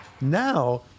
Now